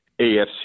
AFC